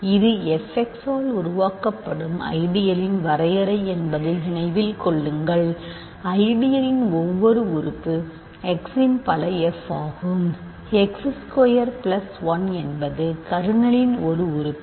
இது f x ஆல் உருவாக்கப்படும் ஐடியலின் வரையறை என்பதை நினைவில் கொள்ளுங்கள் ஐடியலின் ஒவ்வொரு உறுப்பு x இன் பல f ஆகும் x ஸ்கொயர் 1 என்பது கர்னலின் ஒரு உறுப்பு